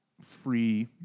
free